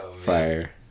Fire